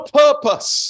purpose